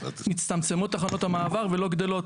מצטמצמות תחנות המעבר והמטמנות ולא גדלות,